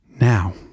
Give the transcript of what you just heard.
Now